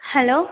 hello